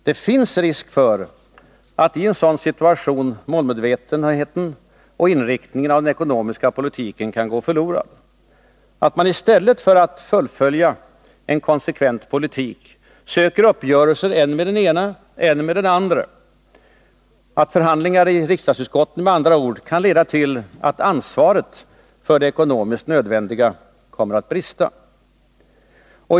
Det finns risk för att i en sådan situation målmedvetenheten och inriktningen av den ekonomiska politiken kan gå förlorad: att man i stället för att fullfölja en konsekvent politik söker uppgörelser med än den ene, än den andre, att med andra ord förhandlingar i riksdagsutskotten kan leda till att ansvaret för det ekonomiskt nödvändiga brister.